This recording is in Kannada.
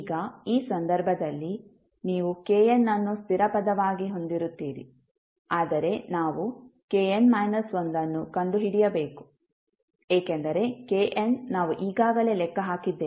ಈಗ ಈ ಸಂದರ್ಭದಲ್ಲಿ ನೀವು kn ಅನ್ನು ಸ್ಥಿರ ಪದವಾಗಿ ಹೊಂದಿರುತ್ತೀರಿ ಆದರೆ ನಾವು kn 1 ಅನ್ನು ಕಂಡುಹಿಡಿಯಬೇಕು ಏಕೆಂದರೆ kn ನಾವು ಈಗಾಗಲೇ ಲೆಕ್ಕ ಹಾಕಿದ್ದೇವೆ